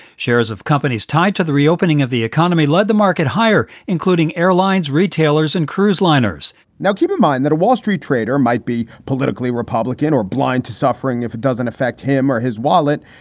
shares of companies tied to the reopening of the economy led the market higher, including airlines, retailers and cruise liners now keep in mind that a wall street trader might be politically republican or blind to suffering if it doesn't affect him or his wallet.